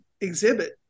exhibit